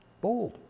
Bold